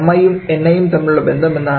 mi യും ni യും തമ്മിലുള്ള ബന്ധം എന്താണ്